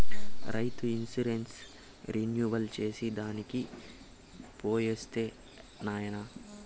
రైతు insurance renewal చేసి దానికి పోయొస్తా నాయనా